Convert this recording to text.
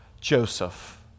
Joseph